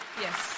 yes